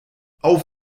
auf